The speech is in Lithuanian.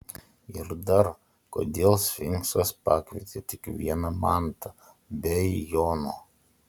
ir dar kodėl sfinksas pakvietė tik vieną mantą be jono